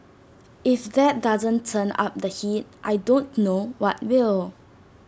if that doesn't turn up the heat I don't know what will